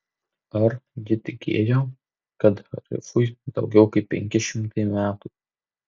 ar ji tikėjo kad harifui daugiau kaip penki šimtai metų